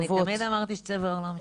אני תמיד אמרתי שצבע העור לא משנה,